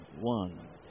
one